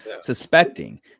suspecting